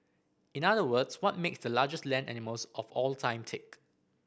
in other words what makes the largest land animals of all time tick